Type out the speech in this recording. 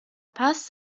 paz